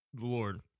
Lord